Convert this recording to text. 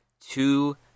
two